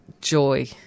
joy